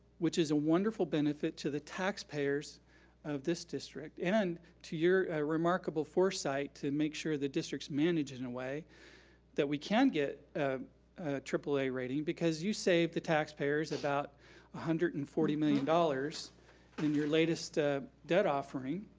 which is a wonderful benefit to the taxpayers of this district, and to your remarkable foresight to make sure the district's managed in a way that we can get a triple a rating because you saved the taxpayers about one hundred and forty million dollars in your latest debt offering,